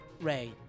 Ray